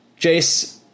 Jace